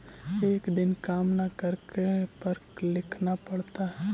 एक दिन काम न करने पर का लिखना पड़ता है?